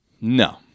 No